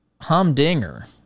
humdinger